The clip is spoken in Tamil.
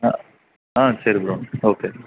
ஆ ஆ சரி ப்ரோ ஓகே